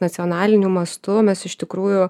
nacionaliniu mastu mes iš tikrųjų